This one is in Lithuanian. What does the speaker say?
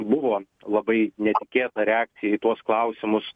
buvo labai netikėta reakcija į tuos klausimus